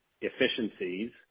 efficiencies